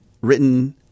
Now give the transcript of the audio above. written